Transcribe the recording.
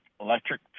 electric